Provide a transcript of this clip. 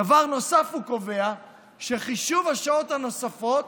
דבר נוסף, הוא קובע שחישוב השעות הנוספות